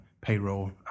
payroll